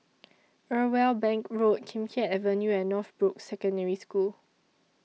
Irwell Bank Road Kim Keat Avenue and Northbrooks Secondary School